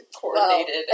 coordinated